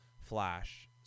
Flash